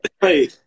Hey